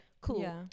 cool